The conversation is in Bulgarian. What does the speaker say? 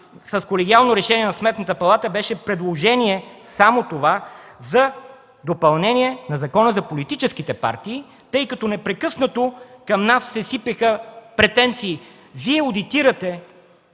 колегиално решение на Сметната палата, беше предложение за допълнение на Закона за политическите партии, тъй като непрекъснато към нас се сипеха претенции: Вие одитирате